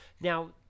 Now